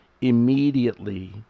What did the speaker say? immediately